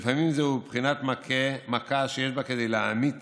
ולפעמים זה בבחינת מכה שיש בה כדי להמית